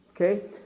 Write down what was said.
okay